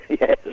yes